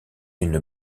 une